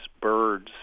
birds